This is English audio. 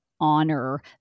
honor